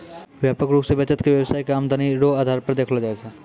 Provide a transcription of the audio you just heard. व्यापक रूप से बचत के व्यवसाय के आमदनी रो आधार पर देखलो जाय छै